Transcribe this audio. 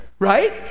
Right